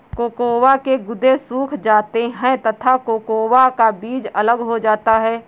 cocoa के गुदे सूख जाते हैं तथा कोकोआ का बीज अलग हो जाता है